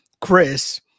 Chris